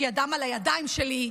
כי הדם על הידיים שלי,